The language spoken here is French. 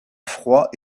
froid